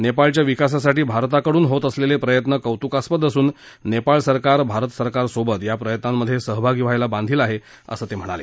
नेपाळच्या विकासासाठी भारताकडून होत असलेले प्रयत्न कौतुकास्पद असून नेपाळ सरकार भारत सरकारसोबत या प्रयत्नांमधे सहभागी व्हायला बांधिल आहे असं ते म्हणाले